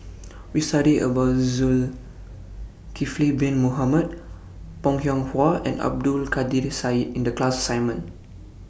We studied about Zulkifli Bin Mohamed Bong Hiong Hwa and Abdul Kadir Syed in The class assignment